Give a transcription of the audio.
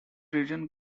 region